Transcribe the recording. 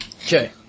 Okay